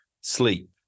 sleep